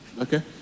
Okay